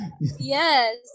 Yes